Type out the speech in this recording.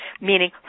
meaning